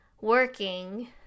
working